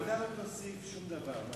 הוועדה לא תוסיף שום דבר.